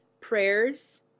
prayers